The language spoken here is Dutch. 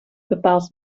bepaalt